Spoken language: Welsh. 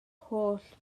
holl